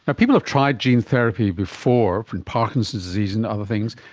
but people have tried gene therapy before from parkinson's disease and other things,